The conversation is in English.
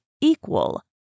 equal